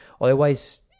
otherwise